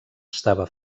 estava